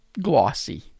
glossy